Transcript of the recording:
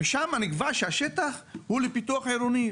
ושם נקבע שהשטח הוא לפיתוח עירוני.